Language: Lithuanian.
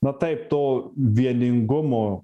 na taip to vieningumo